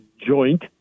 joint